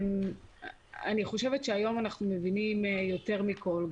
אני חושבת שהיום אנחנו מבינים יותר מכל,